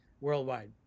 worldwide